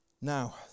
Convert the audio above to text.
Now